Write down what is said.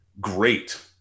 great